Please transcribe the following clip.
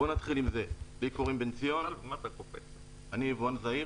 אני יבואן זעיר.